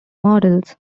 models